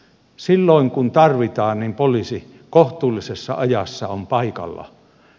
silloin kun tarvitaan poliisi kohtuullisessa ajassa on paikalla